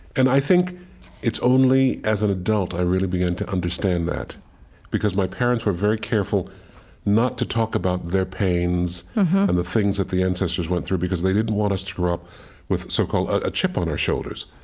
and i think it's only as an adult i really began to understand that because my parents were very careful not to talk about their pains and the things that the ancestors went through because they didn't want us to grow up with, so-called, a chip on our shoulders.